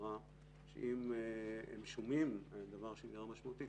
שאם הם שומעים דבר שנראה משמעותי,